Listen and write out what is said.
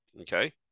Okay